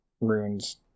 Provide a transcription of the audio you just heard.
Runes